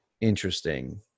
interesting